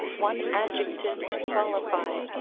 one adjective to qualify,